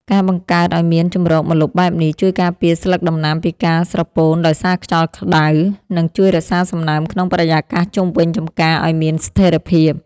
ការបង្កើតឱ្យមានជម្រកម្លប់បែបនេះ ជួយការពារស្លឹកដំណាំពីការស្រពោនដោយសារខ្យល់ក្ដៅ និងជួយរក្សាសំណើមក្នុងបរិយាកាសជុំវិញចម្ការឱ្យមានស្ថិរភាព។